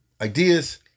ideas